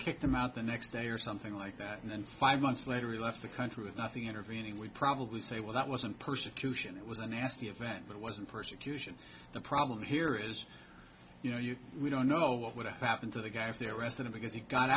kicked him out the next day or something like that and five months later he left the country with nothing intervening we probably say well that wasn't persecution it was a nasty event that wasn't persecution the problem here is you know you don't know what would have happened to the guy if they arrested him because he got